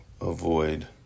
avoid